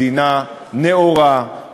מדינה נאורה,